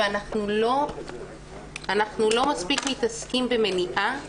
ואנחנו לא מספיק מתעסקים במניעה,